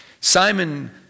Simon